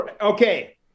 Okay